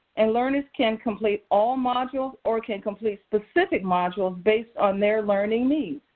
and learners can complete all modules, or can complete specific modules, based on their learning needs.